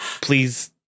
Please